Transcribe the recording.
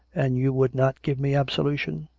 and you would not give me absolution?